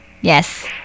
Yes